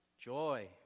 joy